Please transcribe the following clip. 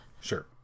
Sure